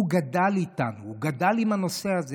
הוא גדל איתם, הוא גדל עם הנושא הזה.